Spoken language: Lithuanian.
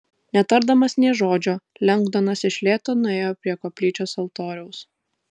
netardamas nė žodžio lengdonas iš lėto nuėjo prie koplyčios altoriaus